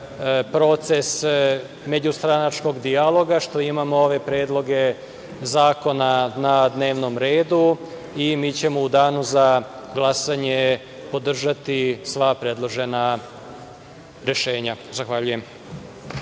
proces međustranačkog dijaloga, što imamo ove predloge zakona na dnevnom redu i mi ćemo u danu za glasanje podržati sva predložena rešenja. Zahvaljujem.